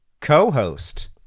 co-host